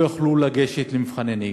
ולא יכלו לגשת למבחני נהיגה.